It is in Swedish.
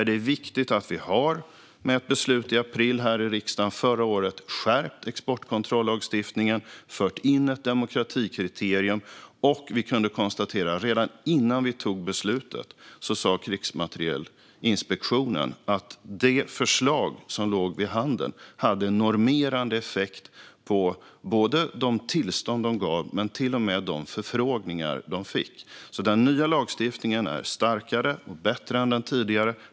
Det är viktigt att vi, med ett beslut här i riksdagen förra året, har skärpt exportkontrollagstiftningen och fört in ett demokratikriterium. Vi kan konstatera att Krigsmaterielinspektionen, redan innan vi fattade beslutet, sa att det förslag som var för handen hade en normerande effekt på både de tillstånd de gav och de förfrågningar de fick. Den nya lagstiftningen är alltså starkare och bättre än den tidigare.